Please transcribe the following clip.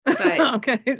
Okay